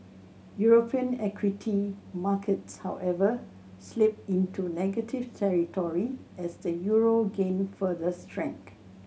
European equity markets however slipped into negative territory as the euro gained further strength